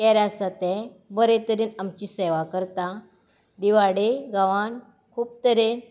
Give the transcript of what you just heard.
care आसा तें बरे तरेन आमची सेवा करता दिवाडे गांवांत खूब तरेन